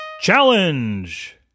Challenge